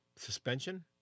Suspension